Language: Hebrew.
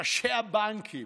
ראשי הבנקים